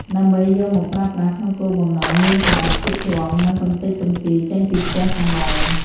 ដើម្បីយកមកប្រើប្រាស់ក្នុងគោលបំណងលាងសម្អាតភក់ជ្រាំ និងកម្ទេចកំទីចេញពីផ្ទះសម្បែង។